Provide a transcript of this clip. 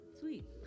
Sweet